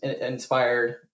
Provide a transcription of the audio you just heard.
inspired